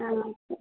ആ ആ ഒക്കെ